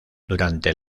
durante